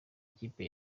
ikipe